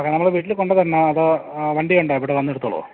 അപ്പോൾ നമ്മൾ വീട്ടിൽ കൊണ്ട് തരണോ അതോ വണ്ടി ഉണ്ടോ ഇവിടെ വന്നു എടുത്തോളുമോ